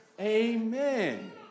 Amen